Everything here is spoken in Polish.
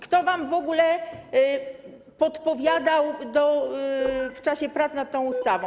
Kto wam w ogóle podpowiadał w czasie prac nad tą ustawą?